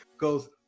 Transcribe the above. Goes